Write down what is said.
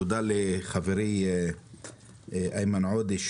תודה לחברי איימן עודה,